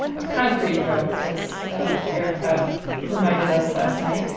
a concrete road as erica reminded us last night,